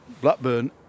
Blackburn